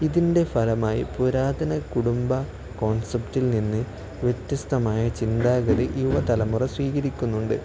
ഇതിൻ്റെ ഫലമായി പുരാതന കുടുംബ കോൺസെപ്റ്റിൽനിന്ന് വ്യത്യസ്തമായ ചിന്താഗതി യുവതലമുറ സ്വീകരിക്കുന്നുണ്ട്